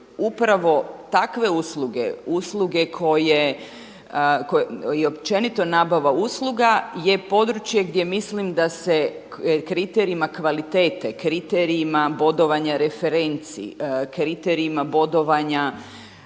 upravo takve usluge, usluge koje, i općenito nabava usluga je područje gdje mislim da se kriterijima kvalitete, kriterijima bodovanje referenci, kriterijima bodovanja